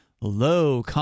low